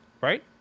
right